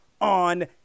on